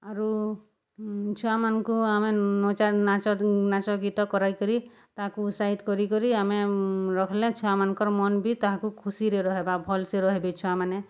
ଆରୁ ଛୁଆମାନ୍ଙ୍କୁ ଆମେ ନାଚ ନାଚ ନାଚ ଗୀତ କରାଇକରି ତାହାକୁ ଉତ୍ସାହିତ୍ କରି କରି ଆମେ ରଖ୍ଲେ ଛୁଆମାନ୍ଙ୍କର୍ ମନ୍ ବି ତାହାକୁ ଖୁସିରେ ରହେବା ଭଲ୍ସେ ରହେବେ ଛୁଆମାନେ